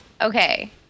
Okay